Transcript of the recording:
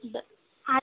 बरं हा